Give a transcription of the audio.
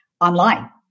online